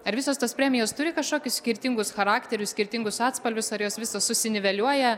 ar visos tos premijos turi kažkokius skirtingus charakterius skirtingus atspalvius ar jos visos susiniveliuoja